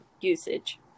usage